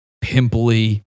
pimply